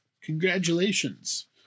Congratulations